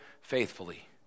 faithfully